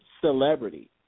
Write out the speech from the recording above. celebrity